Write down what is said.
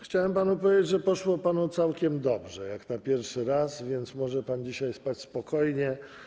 Chciałem panu powiedzieć, że poszło panu całkiem dobrze jak na pierwszy raz, więc może pan dzisiaj spać spokojnie.